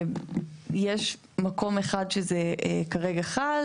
יש מקום אחד שזה כרגע חל